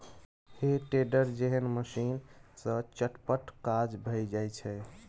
हे टेडर जेहन मशीन सँ चटपट काज भए जाइत छै